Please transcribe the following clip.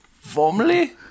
Formerly